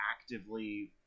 actively